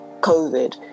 COVID